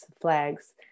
flags